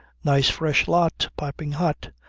nice fresh lot. piping hot.